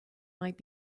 might